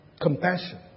compassion